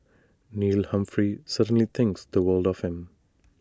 Neil Humphrey certainly thinks the world of him